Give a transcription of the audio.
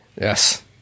Yes